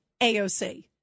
AOC